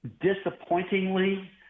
disappointingly